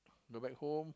go back home